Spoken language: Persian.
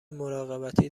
مراقبتی